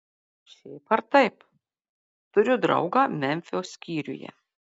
šiaip ar taip turiu draugą memfio skyriuje